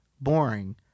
boring